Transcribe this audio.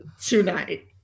tonight